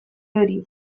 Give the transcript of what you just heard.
hori